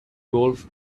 golf